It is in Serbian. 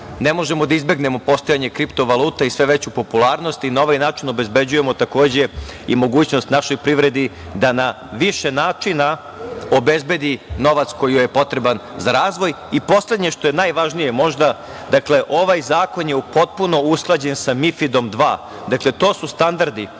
ne možemo da izbegnemo postojanje kriptovaluta i sve veću popularnost. Na ovaj način obezbeđujemo, takođe, i mogućnost našoj privredi da na više načina obezbedi novac koji joj je potreban za razvoj. Poslednje, što je možda najvažnije, dakle, ovaj zakon je potpuno usklađen sa MiFID II. To su standardi